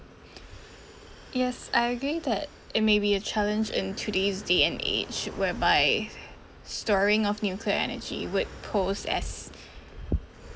yes I agree that it may be a challenge in today's day and age whereby storing of nuclear energy would pose as